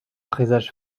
présage